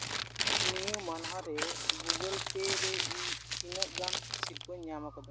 ᱱᱤᱭᱟᱹ ᱢᱟᱦᱱᱟ ᱨᱮ ᱜᱩᱜᱳᱞ ᱯᱮ ᱨᱮ ᱤᱧ ᱛᱤᱱᱟᱹᱜ ᱜᱟᱱ ᱥᱤᱨᱯᱟᱹᱧ ᱧᱟᱢ ᱠᱟᱫᱟ